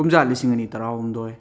ꯀꯨꯝꯖꯥ ꯂꯤꯁꯤꯡ ꯑꯅꯤ ꯇꯔꯥꯍꯨꯝꯗꯣꯏ